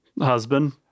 husband